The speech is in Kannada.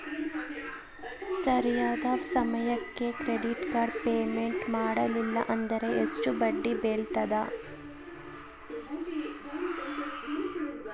ಸರಿಯಾದ ಸಮಯಕ್ಕೆ ಕ್ರೆಡಿಟ್ ಕಾರ್ಡ್ ಪೇಮೆಂಟ್ ಮಾಡಲಿಲ್ಲ ಅಂದ್ರೆ ಎಷ್ಟು ಬಡ್ಡಿ ಬೇಳ್ತದ?